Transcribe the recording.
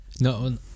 No